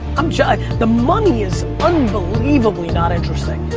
um the money is unbelievably not interesting.